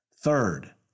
Third